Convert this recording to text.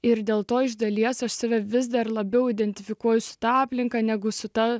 ir dėl to iš dalies yra vis dar labiau identifikuosite aplinką negu su ta